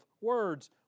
words